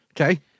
Okay